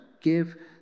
give